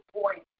point